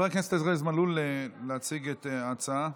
להציג את ההצעה.